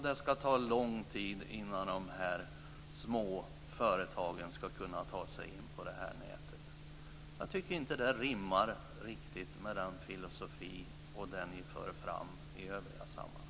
Det ska ta lång tid innan de små företagen ska kunna ta sig in på det här nätet. Jag tycker inte att det rimmar riktigt med den filosofi som ni för fram i övriga sammanhang.